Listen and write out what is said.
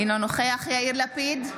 אינו נוכח יאיר לפיד,